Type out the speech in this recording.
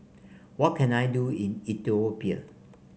what can I do in Ethiopia